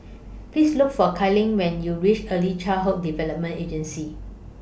Please Look For Kadyn when YOU REACH Early Childhood Development Agency